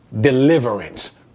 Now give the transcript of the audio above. deliverance